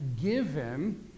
given